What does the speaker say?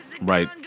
Right